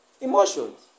Emotions